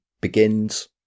begins